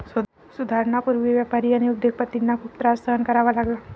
सुधारणांपूर्वी व्यापारी आणि उद्योग पतींना खूप त्रास सहन करावा लागला